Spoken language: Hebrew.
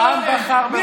מי אתם בכלל?